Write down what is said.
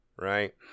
right